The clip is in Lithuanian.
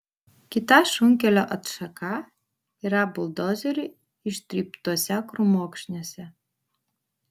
kita šunkelio atšaka yra buldozerių ištryptuose krūmokšniuose